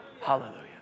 Hallelujah